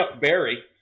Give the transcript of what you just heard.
Berry